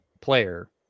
player